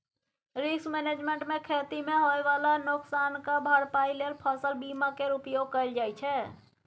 risk management मे खेती मे होइ बला नोकसानक भरपाइ लेल फसल बीमा केर उपयोग कएल जाइ छै